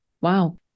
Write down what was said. wow